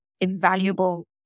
invaluable